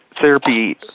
therapy